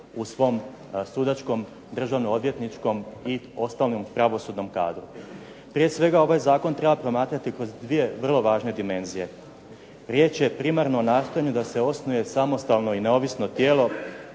u svom sudačkom, državno-odvjetničkom i ostalom pravosudnom kadru. Prije svega, ovaj zakon treba promatrati kroz dvije vrlo važne dimenzije. Riječ je primarno o nastojanju da se osnuje samostalno i neovisno tijelo